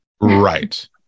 Right